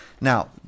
Now